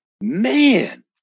Man